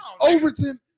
Overton